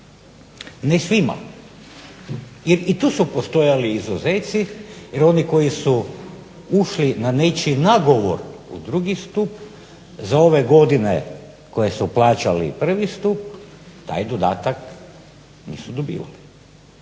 Ne svima jer i tu su postojali izuzeci, jer oni koji su ušli na nečiji nagovor u drugi stup za ove godine koje su plaćali prvi stup taj dodatak nisu dobivali.